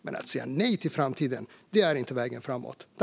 Men att säga nej till framtiden det är inte vägen framåt.